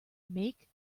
make